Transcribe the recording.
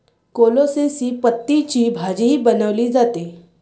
कोलोसेसी पतींची भाजीही बनवली जाते